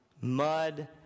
mud